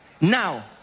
Now